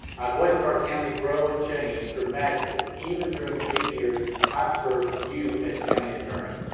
i've watched our county grow and change dramatically, even during the eight years i've served you as county attorney,